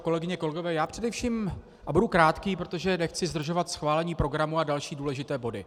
Kolegyně a kolegové, já budu krátký, protože nechci zdržovat schválení programu a další důležité body.